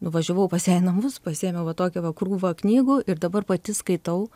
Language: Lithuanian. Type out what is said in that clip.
nuvažiavau pas ją į namus pasiėmiau va tokią va krūvą knygų ir dabar pati skaitau